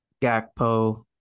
Gakpo